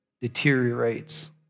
deteriorates